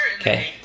Okay